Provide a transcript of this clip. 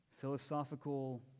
Philosophical